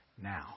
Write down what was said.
now